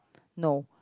no